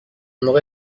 موقع